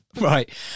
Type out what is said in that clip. Right